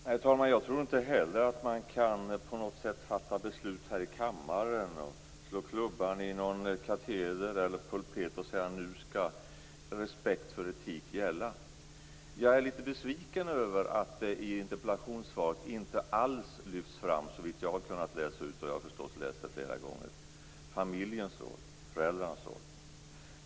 Herr talman! Jag tror inte heller att man på något sätt kan fatta beslut här i kammaren och slå klubban i någon kateder eller pulpet och säga att nu skall respekt för etik gälla. Jag är litet besviken över att statsrådet inte alls i interpellationssvaret lyfter fram - såvitt jag har kunnat läsa ut, och jag har läst det flera gånger - familjens roll, föräldrarnas roll.